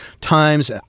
times